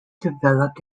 developed